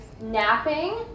napping